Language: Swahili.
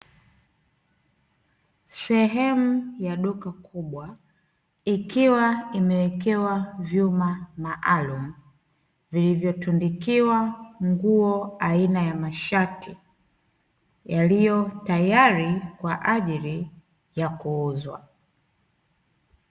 Sehemu ya duka kubwa ikiwa imewekewa vyuma maalumu, vilivyotundukiwa nguo aina ya mashati yaliyo tayari kwa ajili ya kuuzwa.